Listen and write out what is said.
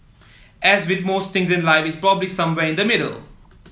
as with most things in life it's probably somewhere in the middle